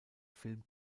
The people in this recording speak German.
film